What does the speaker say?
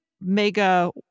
mega